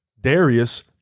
Darius